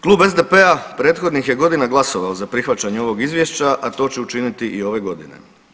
Klub SDP prethodnih je godina glasovao za prihvaćanje ovog izvješća, a to će učiniti i ove godine.